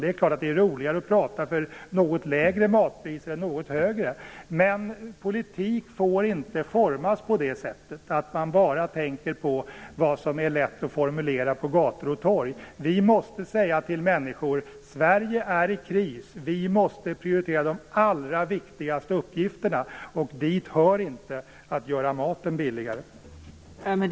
Det är klart att det är roligare att prata för något lägre matpriser än för något högre. Men politik får inte formas på ett sådant sätt att man bara tänker på vad som är lätt att formulera ute på gator och torg. Vi måste säga till människor: Sverige är i kris. Vi måste prioritera de allra viktigaste uppgifterna. Dit hör inte att göra maten billigare.